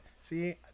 see